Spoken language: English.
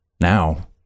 Now